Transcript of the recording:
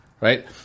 Right